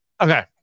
Okay